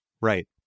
Right